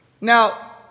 Now